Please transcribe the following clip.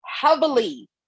heavily